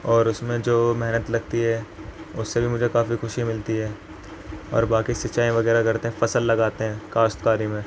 اور اس میں جو محنت لگتی ہے اس سے بھی مجھے کافی خوشی ملتی ہے اور باقی سنچائی وغیرہ کرتے ہیں فصل لگاتے ہیں کاشت کاری میں